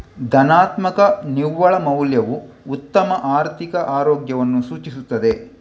ಧನಾತ್ಮಕ ನಿವ್ವಳ ಮೌಲ್ಯವು ಉತ್ತಮ ಆರ್ಥಿಕ ಆರೋಗ್ಯವನ್ನು ಸೂಚಿಸುತ್ತದೆ